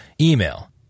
Email